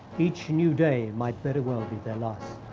each new day might very well be their last,